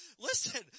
Listen